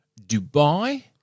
Dubai